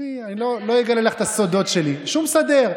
מתקשה לומר